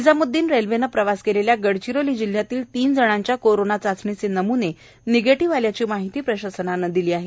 निजामददीन रेल्वेने प्रवास केलेल्या गडचिरोली जिल्ह्यातील तीन जणांच्या कोरोना चाचणीचे नमुने निगेटीव्ह आल्याची माहिती प्रशासनाने दिली आहे